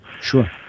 Sure